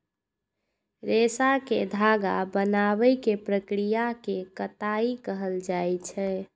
रेशा कें धागा बनाबै के प्रक्रिया कें कताइ कहल जाइ छै